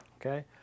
Okay